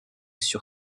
sur